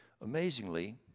Amazingly